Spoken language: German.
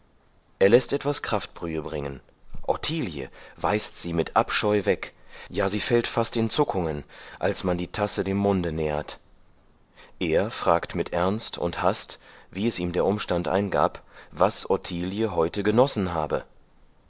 er läßt etwas kraftbrühe bringen ottilie weist sie mit abscheu weg ja sie fällt fast in zuckungen als man die tasse dem munde nähert er fragt mit ernst und hast wie es ihm der umstand eingab was ottilie heute genossen habe